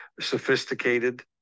sophisticated